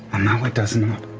and now it does not.